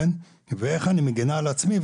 ואיך אני מגינה על עצמי,